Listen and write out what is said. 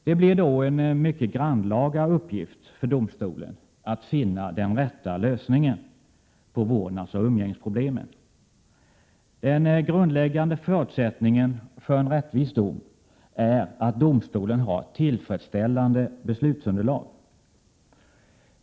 Det blir då en mycket grannlaga uppgift för domstolen att finna den rätta lösningen på vårdnadsoch umgängesproblemen. Den grundläggande förutsättningen för en rättvis dom är att domstolen har ett tillfredsställande beslutsunderlag.